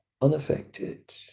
unaffected